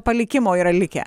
palikimo yra likę